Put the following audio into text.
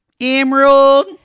Emerald